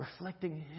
reflecting